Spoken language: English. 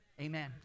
Amen